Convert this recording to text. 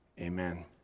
Amen